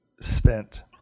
spent